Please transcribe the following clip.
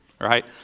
right